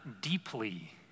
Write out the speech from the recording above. deeply